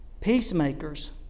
peacemakers